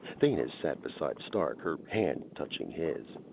thanis sat beside stark, her hand touching his.